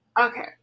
Okay